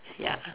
ya